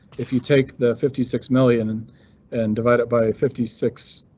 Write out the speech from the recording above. if you take the fifty six million and and divide it by fifty six.